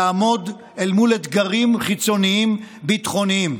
לעמוד אל מול אתגרים חיצוניים ביטחוניים.